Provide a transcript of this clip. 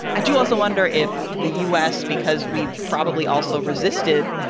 i do also wonder if the u s. because we probably also resisted,